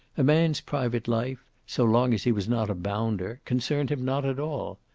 a man's private life, so long as he was not a bounder, concerned him not at all.